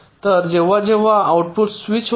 तर जेव्हा जेव्हा आउटपुट स्विच होते